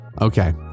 Okay